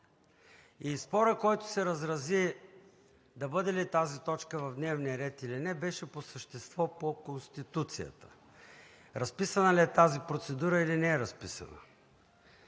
Спорът, който се разрази, да бъде ли тази точка в дневния ред или не беше по същество по Конституцията. Разписана ли е тази процедура, или не е разписана?